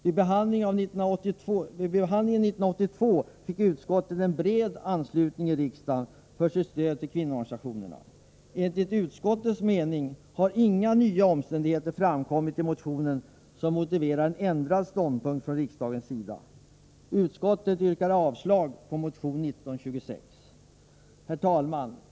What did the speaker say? Vid behandlingen 1982 vann utskottet bred anslutning i riksdagen för sitt förslag om stöd till kvinnoorganisationerna. Enligt utskottets mening har inga nya omständigheter framkommit i motion 1926 som motiverar en ändrad ståndpunkt från riksdagens sida. Utskottet avstyrker därför motion 1926. Herr talman!